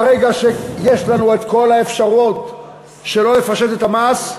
ברגע שיש לנו את כל האפשרויות שלא לפשט את המס,